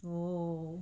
oh